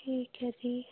ਠੀਕ ਹੈ ਜੀ